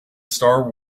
star